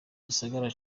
igisagara